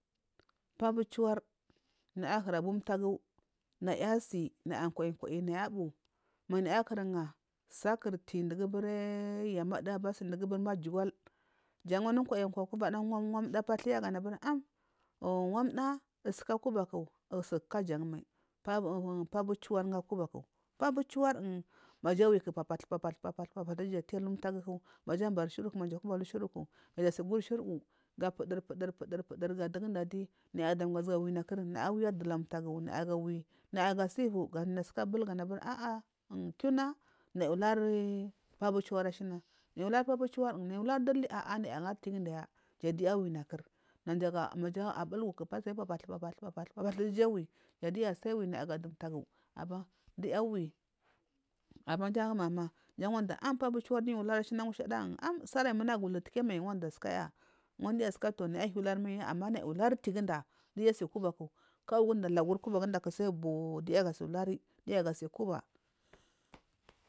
Pa a buwu ciwar naya ahura buu tagu naya asi nayi kwayi kway naya abuwu manaya ahura ha su duguburi yamaduwo dowugu buri majigol, jan wanu kwayi kwayi kovada patuwoya ganu aburi am, wan dau suku akubaku sir kajan mai pabuwu ciwar wo akubaku pubuciwar um maja awiku papat papat papat dija ati alu taguku ma gu absi suwoduku naja si guri shiduwu ga puripuri ga do wuguda adiyi naya dam ga suwa wi nakur, naya awidowu lau ta gu naya ga sivo ganu asuka bul kiyuna naya aluri paa buwu a’war a shiya nai aluri b paabuwu ciwa um nai a aluri dawu liyi a a naya ahheri tigudaya jan naya a winakur maja apul wukkuk papat papatu papatu dija awi jan duya sai wi naya gadowu togun aban doya a wi a ban ja mama jan wanda am pabuwu ciwar dusi aluri ashiya mushadaa pabuwu ciwar ayi muna gu gal u tikeyi mai wanda a sukaya wanuya asukari naya a hiya luri mai amma haya tiguda dija asikubaku kawu guda buwuwo duya gaasi lusi dija akuba.